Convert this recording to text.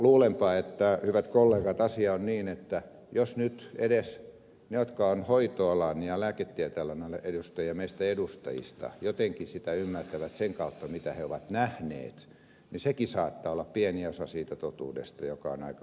luulenpa hyvät kollegat että asia on niin että jos nyt edes ne jotka ovat hoitoalan ja lääketieteen alan edustajia meistä edustajista jotenkin sitä ymmärtävät sen kautta mitä he ovat nähneet niin sekin saattaa olla pieni osa siitä totuudesta joka on aika hurjaa